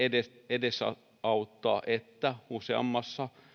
edesauttaa sitä että useammissa